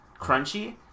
crunchy